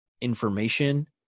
information